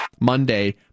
Monday